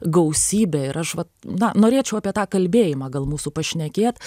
gausybė ir aš vat na norėčiau apie tą kalbėjimą gal mūsų pašnekėt